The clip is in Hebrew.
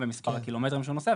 במספר הקילומטרים שהוא נוסע,